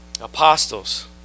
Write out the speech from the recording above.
Apostles